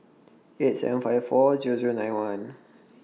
eight seven five four Zero Zero nine one